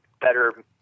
better